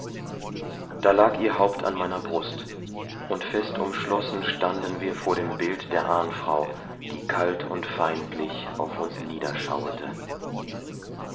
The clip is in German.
da lag ihr haupt an meiner brust und fest umschlossen standen wir vor dem bild der ahnfrau die kalt und feindlich auf uns